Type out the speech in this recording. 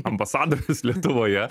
ambasadorius lietuvoje